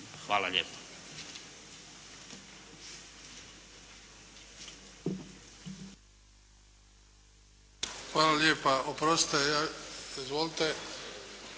Luka (HDZ)** Hvala lijepa. Oprostite, izvolite.